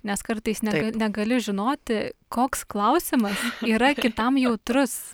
nes kartais neg negali žinoti koks klausimas yra kitam jautrus